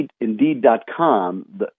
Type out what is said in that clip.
Indeed.com